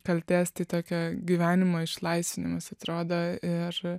kaltės tai tokio gyvenimo išlaisvinimas atrodo ir